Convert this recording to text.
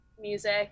music